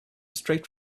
straight